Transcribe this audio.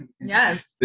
Yes